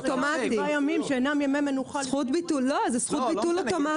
זה נותן לך זכות ביטול אוטומטית.